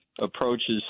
approaches